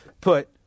put